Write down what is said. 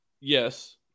Yes